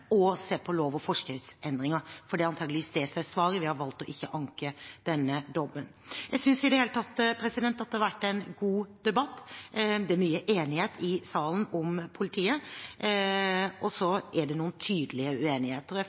og med å se på lov- og forskriftsendringer, for det er antageligvis det som er svaret. Vi har valgt ikke å anke denne dommen. Jeg synes i det hele tatt at det har vært en god debatt. Det er mye enighet i salen om politiet, og så er det noen tydelige uenigheter.